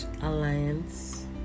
Alliance